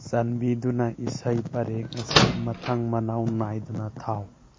ꯆꯥꯟꯕꯤꯗꯨꯅ ꯏꯁꯩ ꯄꯔꯦꯡ ꯑꯁꯤ ꯃꯊꯪ ꯃꯅꯥꯎ ꯅꯥꯏꯗꯅ ꯊꯥꯎ